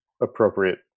appropriate